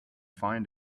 find